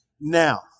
Now